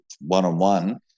one-on-one